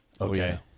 Okay